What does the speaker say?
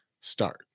start